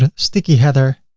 ah sticky header,